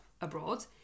abroad